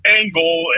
angle